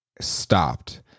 stopped